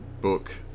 book